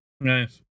Nice